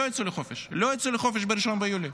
לא יצאו לחופש ב-1 ביולי.